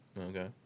Okay